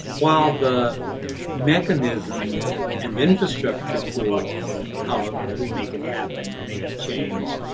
while, the mechanism and infrastructure for how we make it happen may have changed,